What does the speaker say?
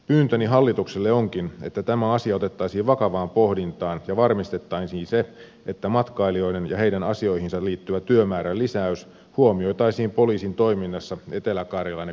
pyyntöni hallitukselle onkin että tämä asia otettaisiin vakavaan pohdintaan ja varmistettaisiin se että matkailijoihin ja heidän asioihinsa liittyvä työmäärän lisäys huomioitaisiin poliisin toiminnassa etelä karjalan ja kymenlaakson alueilla